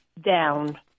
down